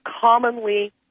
commonly